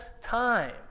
time